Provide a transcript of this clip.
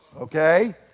okay